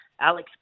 Alex